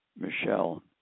Michelle